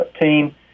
team